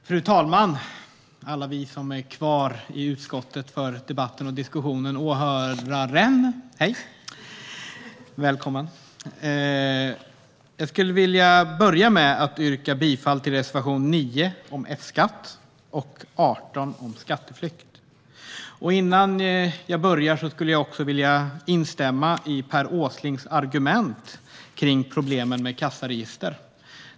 Fru talman, alla vi som är kvar i utskottet för debatten och diskussionen samt åhöraren! Hej! Välkommen. Jag vill börja med att yrka bifall till reservationerna 10 om F-skatt och 20 om skatteflykt. Innan jag börjar mitt anförande vill jag instämma i Per Åslings argument om problemen med kassaregister.